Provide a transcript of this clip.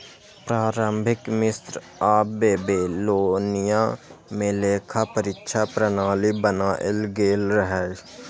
प्रारंभिक मिस्र आ बेबीलोनिया मे लेखा परीक्षा प्रणाली बनाएल गेल रहै